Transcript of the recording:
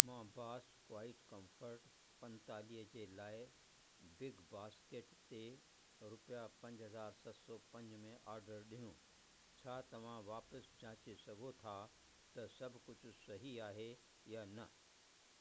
मां बास quite comfort पंजतालीह जे लाइ बिगबास्केट ते रुपया पंज हज़ार सत सौ पंज में आर्डर ॾिनो छा तव्हां वापसि जाचे सघो था त सभु कुझु सही आहे या न